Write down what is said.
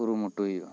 ᱠᱩᱨᱩᱢᱩᱴᱩᱭ